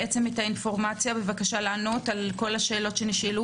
האינפורמציה ולענות על כל השאלות שנשאלו